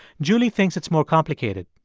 julie thinks it's more complicated.